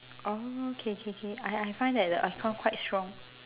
oh okay okay okay I I find that the accom quite strong